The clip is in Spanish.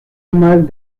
más